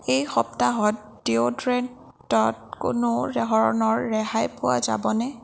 এই সপ্তাহত ডিঅ'ড্ৰেণ্টত কোনো ধৰণৰ ৰেহাই পোৱা যাবনে